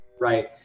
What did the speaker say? Right